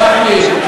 סליחה,